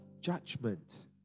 judgment